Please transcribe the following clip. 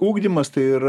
ugdymas tai yra